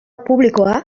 publikoa